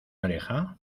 oreja